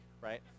right